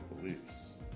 beliefs